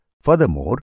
Furthermore